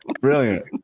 Brilliant